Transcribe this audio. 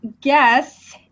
guess